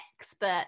expert